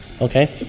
Okay